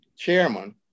chairman